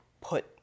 put